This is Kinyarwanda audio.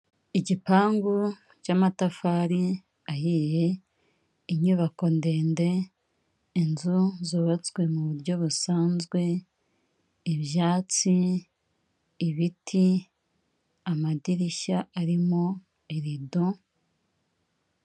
Igipangu cy'amatafari ahiye inyubako ndende, inzu zubatswe mu buryo busanzwe, ibyatsi ibiti, amadirishya arimo irido.